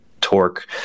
torque